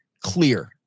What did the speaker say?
clear